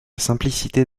simplicité